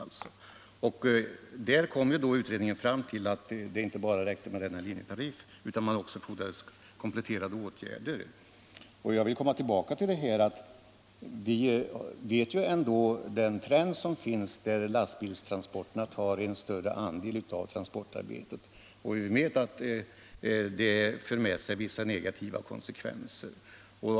Den utredningen kom då fram till att det inte räckte med linjetariffen utan att det fordrades kompletterande åtgärder. Som jag förut sade känner vi alla till den trend som visar att lastbilstransporterna tar en allt större andel av transportarbetet, och vi vet att detta för med sig vissa negativa konsekvenser.